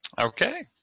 Okay